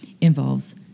involves